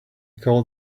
called